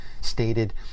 stated